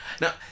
Now